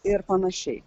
ir panašiai